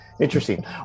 Interesting